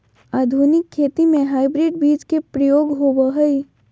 आधुनिक खेती में हाइब्रिड बीज के प्रयोग होबो हइ